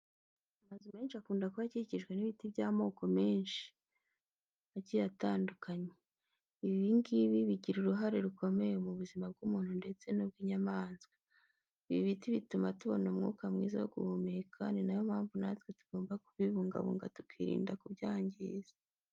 Amazu menshi akunze kuba akikijwe n'ibiti by'amoko menshi agiye atandukanye, ibi ngibi bigira uruhare rukomenye mu buzima bw'umuntu ndetse n'ubw'inyamaswa. Ibi biti bituma tubona umwuka mwiza wo guhumeka, ni na yo mpamvu natwe tugomba kubibungabunga tukirinda kubyangiza.